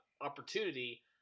opportunity